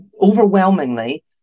overwhelmingly